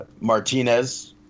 Martinez